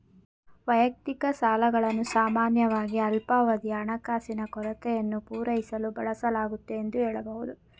ವೈಯಕ್ತಿಕ ಸಾಲಗಳನ್ನು ಸಾಮಾನ್ಯವಾಗಿ ಅಲ್ಪಾವಧಿಯ ಹಣಕಾಸಿನ ಕೊರತೆಯನ್ನು ಪೂರೈಸಲು ಬಳಸಲಾಗುತ್ತೆ ಎಂದು ಹೇಳಬಹುದು